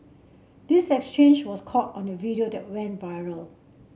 this exchange was caught on a video that went viral